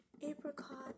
apricot